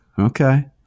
Okay